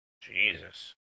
Jesus